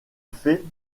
fait